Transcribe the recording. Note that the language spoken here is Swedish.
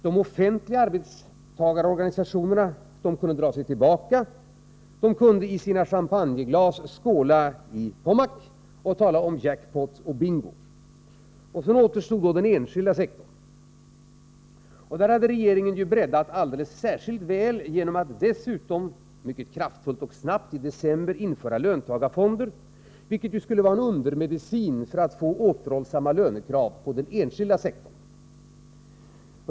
De offentliga arbetstagarorganisationerna kunde dra sig tillbaka — de kunde i sina champagneglas skåla i Pommac och tala om jackpot och bingo. Sedan återstod den enskilda sektorn. Där hade regeringen bäddat särskilt väl genom att — mycket kraftfullt och snabbt — i december 1983 införa löntagarfonderna, vilket skulle vara en undermedicin för att få återhållsamma lönekrav inom den enskilda sektorn.